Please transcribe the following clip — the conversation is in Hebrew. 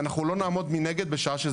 ואנחנו לא נעמוד מנגד בשעה שזה קורה.